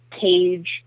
page